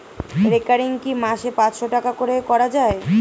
Recurring কি মাসে পাঁচশ টাকা করে করা যায়?